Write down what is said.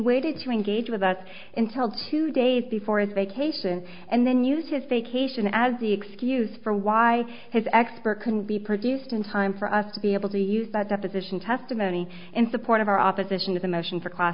waited to engage with us intel two days before his vacation and then use his vacation as the excuse for why his expert can be produced in time for us to be able to use that deposition testimony in support of our opposition to the motion for class